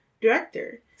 director